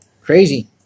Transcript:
Crazy